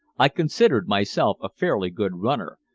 i considered myself a fairly good runner,